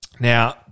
Now